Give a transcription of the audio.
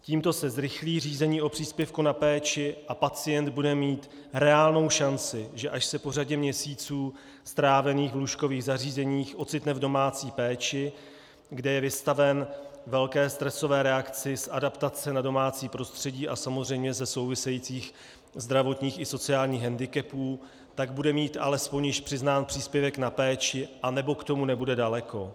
Tímto se zrychlí řízení o příspěvku na péči a pacient bude mít reálnou šanci, až se po řadě měsíců strávených v lůžkových zařízeních ocitne v domácí péči, kde je vystaven velké stresové reakci z adaptace na domácí prostředí a samozřejmě ze souvisejících zdravotních i sociálních hendikepů, tak bude mít alespoň již přiznán příspěvek na péči nebo k tomu nebude daleko.